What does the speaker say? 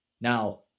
Now